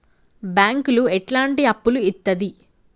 బ్యాంకులు ఎట్లాంటి అప్పులు ఇత్తది?